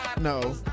No